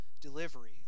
delivery